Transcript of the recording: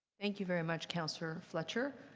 thank you very much, councillor fletcher.